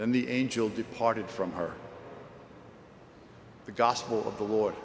and the angel departed from her the gospel of the